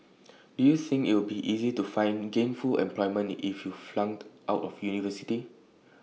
do you think it'll be easy to find gainful employment if you flunked out of university